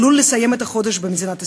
עלול לסיים את החודש במדינת ישראל?